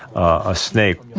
a snake.